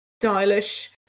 stylish